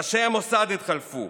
ראשי המוסד התחלפו.